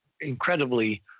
incredibly